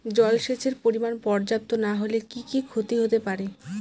জলসেচের পরিমাণ পর্যাপ্ত না হলে কি কি ক্ষতি হতে পারে?